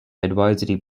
advisory